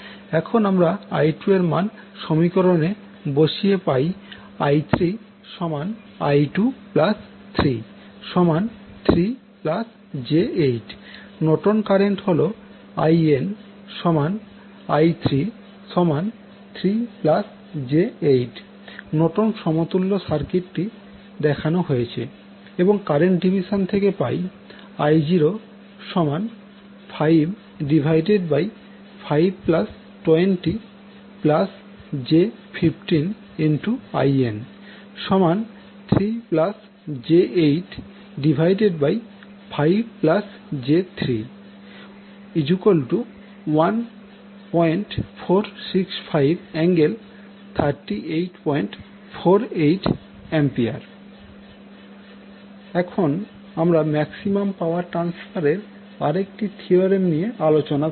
এবং এখন আমরা I2 এর মান এই সমীকরণ এর মধ্যে বসিয়ে পাই I3I233j8 নর্টন কারেন্ট হল INI33j8 নর্টন সমতুল্য সার্কিটটি দেখানো হয়েছে এবং কারেন্ট ডিভিশন থেকে পাই I05520j15IN3j85j31465∠3848A এখন আমরা ম্যাক্সিমাম পাওয়ার ট্রান্সফার এর আরেকটি থিওরেম নিয়ে আলোচনা করব